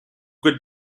could